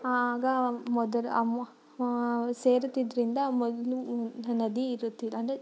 ಆಗ ಮೊದಲು ಆಮೊ ಸೇರುತ್ತಿದ್ದರಿಂದ ಮೊದ್ಲು ನದಿ ಇರುತ್ತಿತ್ ಅಂದರೆ